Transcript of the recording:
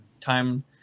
time